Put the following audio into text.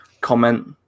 comment